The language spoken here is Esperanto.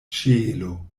ĉielo